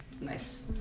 Nice